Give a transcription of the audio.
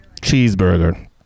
cheeseburger